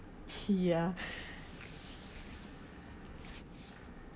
ya